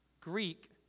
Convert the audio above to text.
Greek